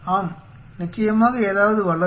ஆம் நிச்சயமாக ஏதாவது வளரும்